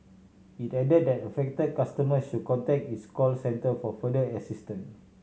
it added that affect customers should contact its call centre for further assistance